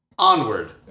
Onward